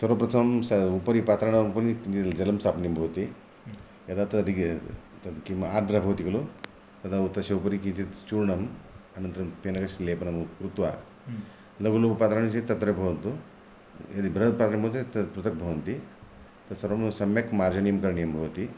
सर्वप्रथमं तत् उपरि पात्राणां उपरि जलं स्थापनीयं भवति यदा तत् किं आर्द्रा भवति खलु तत् तदा तस्य उपरि किञ्चित् चूर्णं अनन्तरं पेनोक्स् लेपनं कृत्वा लघु लघु पात्राणि चेत् तत्र भवन्तु यदि बृहत् पात्रं भवति तत् पृथक् भवन्ति तत्सर्वं सम्यक् मार्जनं करणीयं भवति